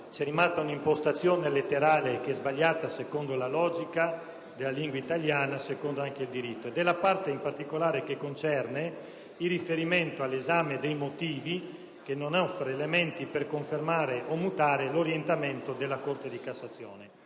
è rimasta una impostazione letterale sbagliata secondo la logica della lingua italiana e secondo il diritto. Si tratta della parte che concerne il riferimento all'esame dei motivi che non offre elementi «per confermare o mutare» l'orientamento della Corte di cassazione.